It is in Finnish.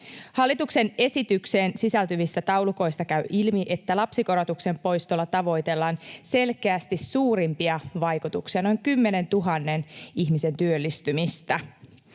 Hallituksen esitykseen sisältyvistä taulukoista käy ilmi, että lapsikorotuksen poistolla tavoitellaan selkeästi suurimpia vaikutuksia, noin 10 000 ihmisen työllistymistä.